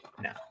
no